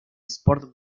sport